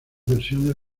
versiones